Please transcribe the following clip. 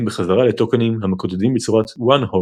בחזרה לטוקנים המקודדים בצורת one-hot